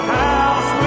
house